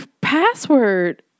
password